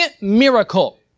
miracle